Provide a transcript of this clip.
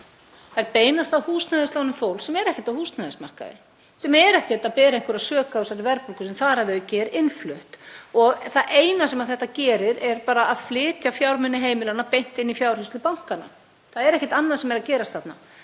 þær beinast að húsnæðislánum fólks sem er ekkert á húsnæðismarkaði, sem ber ekki neina sök á þessari verðbólgu sem þar að auki er innflutt. Það eina sem þetta gerir er bara að flytja fjármuni heimilanna beint inn í fjárhirslur bankanna. Það er ekkert annað sem er að gerast þarna.